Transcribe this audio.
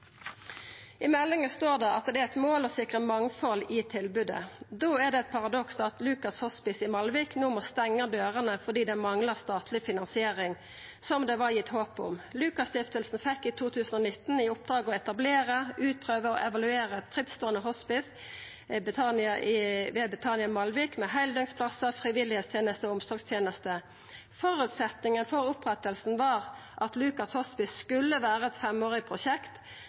I meldinga står det at det er eit mål å sikra mangfald i tilbodet. Da er det eit paradoks at Lukas Hospice i Malvik no må stengja dørene fordi dei manglar statleg finansiering, som det var gitt håp om. Lukas Stiftelsen fekk i 2019 i oppdrag å etablera, utprøva og evaluera eit frittståande hospice ved Betania Malvik, med heildøgnsplassar, frivilligheitsteneste og omsorgsteneste. Føresetnaden for opprettinga var at Lukas Hospice skulle vera eit femårig prosjekt.